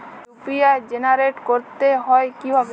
UPI generate করতে হয় কিভাবে?